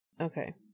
Okay